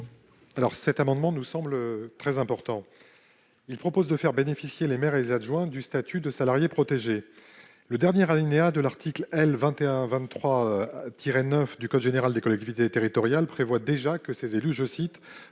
Cet amendement nous semble très important, car il a pour objet de faire bénéficier les maires et leurs adjoints du statut de salarié protégé. Le dernier alinéa de l'article L. 2123-9 du code général des collectivités territoriales prévoit déjà que ces élus « sont